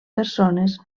persones